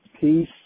peace